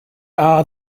are